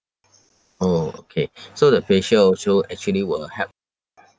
oh okay so the facial also actually will help